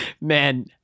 man